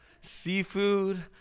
seafood